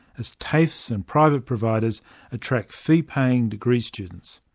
as tafes and private providers attract fee-paying degrees students.